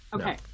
Okay